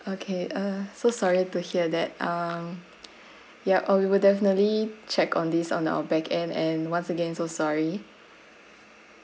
okay uh so sorry to hear that um yup uh we would definitely check on this on our back end and once again so sorry